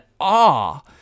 awe